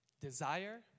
Desire